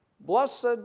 Blessed